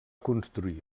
construir